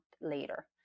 later